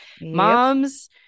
moms